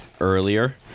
earlier